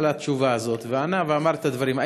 על השאילתה הזאת ואמר את הדברים.